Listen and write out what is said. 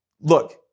look